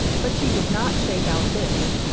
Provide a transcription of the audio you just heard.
but she did not shake out this.